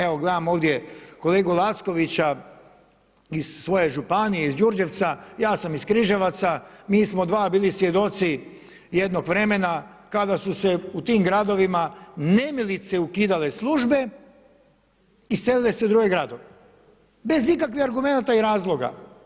Evo gledam ovdje kolegu Lackovića iz svoje županije iz Đurđevca, ja sam iz Križevaca, mi smo dva bili svjedoci jednog vremena kada su se u tim gradovima nemilice ukidale službe i selile se u druge gradove, bez ikakvih argumenata i razloga.